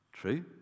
true